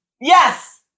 Yes